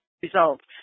results